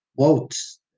votes